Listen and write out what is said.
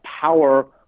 power